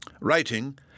Writing